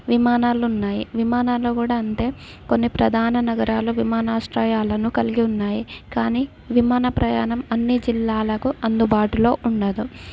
విమానాలు ఉన్నాయి విమానాలు కూడా అంతే కొన్ని ప్రధాన నగరాలు విమానాశ్రయాలను కలిగి ఉన్నాయి కానీ విమాన ప్రయాణం అన్ని జిల్లాలకు అందుబాటులో ఉండదు